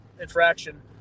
infraction